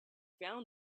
found